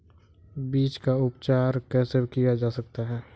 बीज का उपचार कैसे किया जा सकता है?